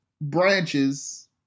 branches